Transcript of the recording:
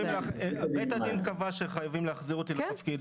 בית הדין קבע שחייבים להחזיר אותי לתפקיד